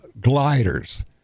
gliders